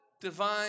divine